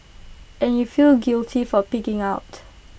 and you feel guilty for pigging out